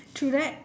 true that